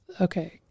Okay